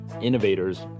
innovators